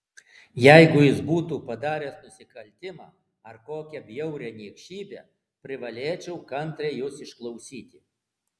jeigu jis būtų padaręs nusikaltimą ar kokią bjaurią niekšybę privalėčiau kantriai jus išklausyti